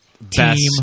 best